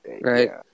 Right